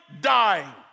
dying